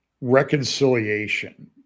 reconciliation